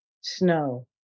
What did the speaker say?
snow